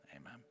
Amen